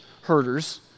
herders